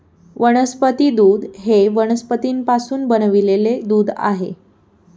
वनस्पती दूध हे वनस्पतींपासून बनविलेले दूध आहे